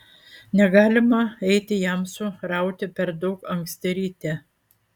negalima eiti jamsų rauti per daug anksti ryte